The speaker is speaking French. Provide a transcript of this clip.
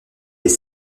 des